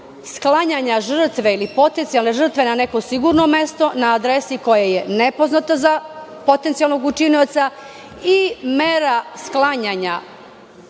sklanjanja žrtve ili potencijalne žrtve na neko sigurno mesto na adresi koja je nepoznata za potencijalnog učinioca i mera sklanjanja